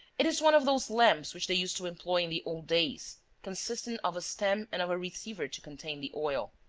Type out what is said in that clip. it is one of those lamps which they used to employ in the old days, consisting of a stem and of a receiver to contain the oil.